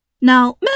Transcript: Now